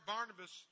Barnabas